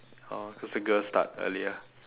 oh cause the girl start earlier